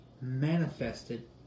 manifested